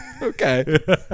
Okay